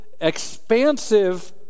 expansive